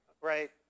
right